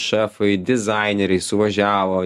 šefai dizaineriai suvažiavo